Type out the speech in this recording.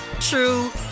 true